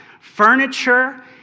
furniture